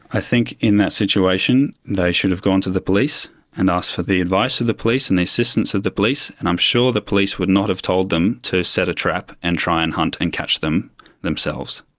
i think in that situation, they should have gone to the police and asked for the advice of the police and the assistance of the police, and i'm sure the police would not have told them to set a trap and try and hunt and catch them themselves.